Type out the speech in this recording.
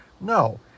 No